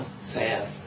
sad